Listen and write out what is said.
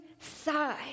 side